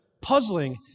puzzling